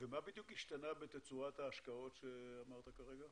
מה בדיוק השתנה בתצורת ההשקעות שאמרת כרגע?